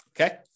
okay